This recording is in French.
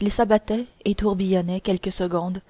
il s'abattait et tourbillonnait quelques secondes